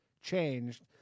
changed